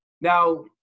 now